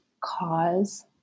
cause